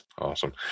Awesome